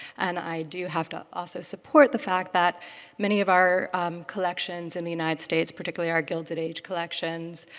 and i do have to also support the fact that many of our collections in the united states, particularly our gilded age collections,